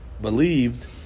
believed